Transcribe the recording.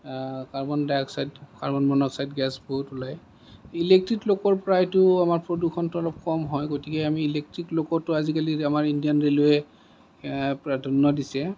carbon dioxide carbon monoxide gas বহুত ওলায় electric লক'ৰ পৰাইতো আমাৰ প্ৰদূষণটো অলপ কম হয় গতিকে আমি ইলেক্ট্ৰিক লক'টো আজিকালি আমাৰ ইণ্ডিয়ান ৰেলৱে প্ৰাধান্য দিছে